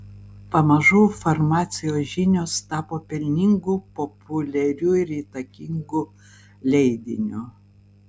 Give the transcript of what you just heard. pamažu farmacijos žinios tapo pelningu populiariu ir įtakingu leidiniu